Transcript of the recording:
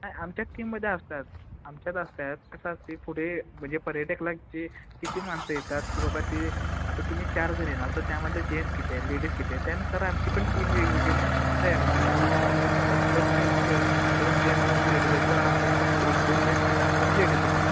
नाही आमच्यात टीममध्ये असतात आमच्यात असतात कसं असते पुढे म्हणजे पर्यटकला जे किती माणसं येतात की बाबा ती आता तुमीम्ही चार जण येणार तर त्यामध्ये जेन्ट्स किती आहे लेडीज किती आहे त्यानुसार आमची पण टीम वेगवेगळीने तयार होते आता समाजा स समजा तुम्ही दोन जेन्ट्स दोन लेडीज आहेत तर आमच्यात पण एक दोन जेन्ट्स येणार दोन लेडीज येणार